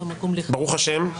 ברוך השם,